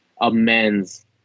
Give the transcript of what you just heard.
amends